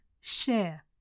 Share